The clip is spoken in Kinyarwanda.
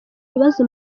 bibazo